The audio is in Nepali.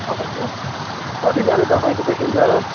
हजुर कतिजना तपाईँको पेसेन्जर